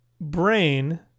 brain